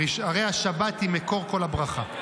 הרי השבת היא מקור כל הברכה,